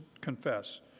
confess